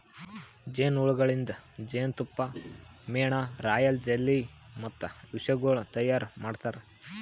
ಜೇನು ಹುಳಗೊಳಿಂದ್ ಜೇನತುಪ್ಪ, ಮೇಣ, ರಾಯಲ್ ಜೆಲ್ಲಿ ಮತ್ತ ವಿಷಗೊಳ್ ತೈಯಾರ್ ಮಾಡ್ತಾರ